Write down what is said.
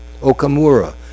Okamura